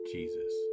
Jesus